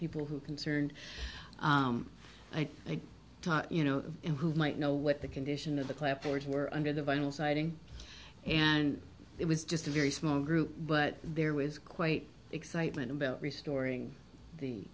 people who concerned i think you know who might know what the condition of the clapboards were under the vinyl siding and it was just a very small group but there was quite excitement about restoring the